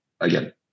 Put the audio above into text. again